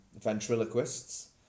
ventriloquists